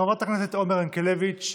חברת הכנסת עומר ינקלביץ'